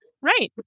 Right